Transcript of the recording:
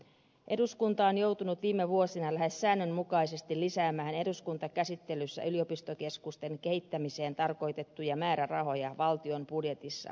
eduskunta on joutunut viime vuosina lähes säännönmukaisesti lisäämään eduskuntakäsittelyssä yliopistokeskusten kehittämiseen tarkoitettuja määrärahoja valtion budjetissa